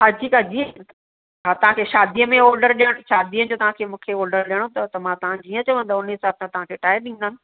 ताज़ी ताज़ी हा तव्हां खे शादीअ में ऑडर ॾियणु शादीअ जो तव्हां खे मूंखे ऑडर ॾियणो अथव त तव्हां जीअं चवंदव तीअं मां ठाहे ॾींदमि